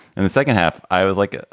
and the second half, i was like,